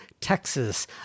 Texas